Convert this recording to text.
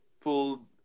pulled